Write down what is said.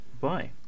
Bye